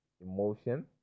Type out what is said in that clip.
emotion